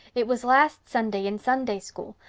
it was last sunday in sunday school.